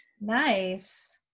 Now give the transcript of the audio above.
nice